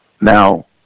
Now